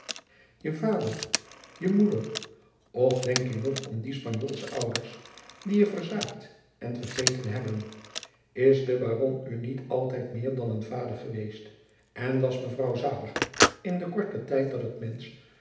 je vader je moeder och denk je nog om die spanjoolsche ouders die je verzaakt en vergeten hebben is de baron u niet altijd meer dan een vader geweest en was mevrouw zaliger in den korten tijd dat het mensch